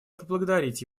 поблагодарить